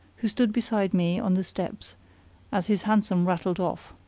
who stood beside me on the steps as his hansom rattled off.